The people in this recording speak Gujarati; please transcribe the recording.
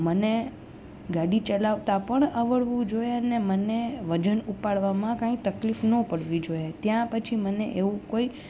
મને ગાડી ચલાવતા પણ આવડવું જોઈએ અને મને વજન ઉપાડવામાં કંઈ તકલીફ ન પડવી જોઈએ ત્યાં પછી મને એવું કોઈ